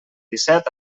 disset